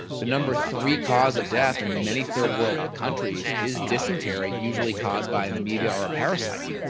the number three cause of death and many third world countries is dysentery usually caused by an amoeba or a parasite.